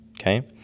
okay